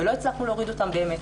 ולא הצלחנו להוריד אותם באמת.